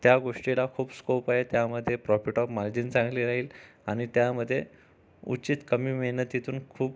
त्या गोष्टीला खूप स्कोप आहे त्यामध्ये प्रॉफिट ऑफ मार्जिन चांगली राहील आणि त्यामध्ये उचित कमी मेहनतीतून खूप